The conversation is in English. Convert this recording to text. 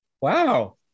wow